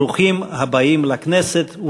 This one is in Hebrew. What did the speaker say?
ברוכים הבאים לכנסת.